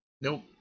Nope